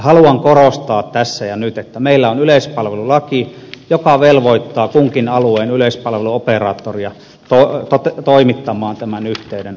haluan korostaa tässä ja nyt että meillä on yleispalvelulaki joka velvoittaa kunkin alueen yleispalveluoperaattoria toimittamaan tämän yhteyden asiakkaalle